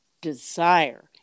desire